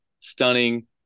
stunning